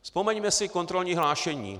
Vzpomeňme si kontrolní hlášení.